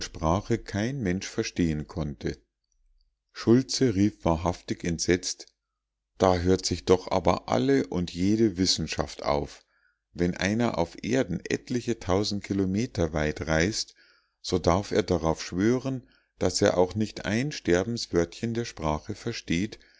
kein mensch verstehen konnte schultze rief wahrhaft entsetzt da hört sich doch aber alle und jede wissenschaft auf wenn einer auf erden etliche tausend kilometer weit reist so darf er darauf schwören daß er auch nicht ein sterbenswörtchen der sprache versteht